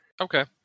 Okay